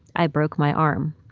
i broke my arm.